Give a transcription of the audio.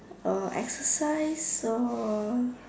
or exercise or